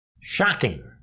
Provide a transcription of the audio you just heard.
Shocking